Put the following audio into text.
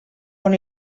con